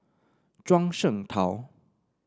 Zhuang Shengtao